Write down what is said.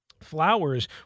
Flowers